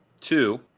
Two